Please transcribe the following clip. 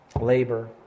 labor